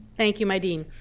thank you, my dean.